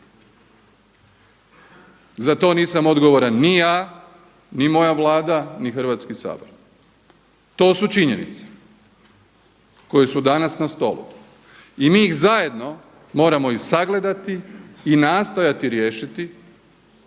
Za to nisam odgovoran ni ja, ni moja Vlada, ni Hrvatski sabor to su činjenice koje su danas na stolu i mi ih zajedno moramo ih sagledati i nastojati riješiti